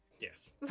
Yes